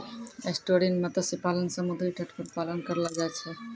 estuarine मत्स्य पालन समुद्री तट पर पालन करलो जाय छै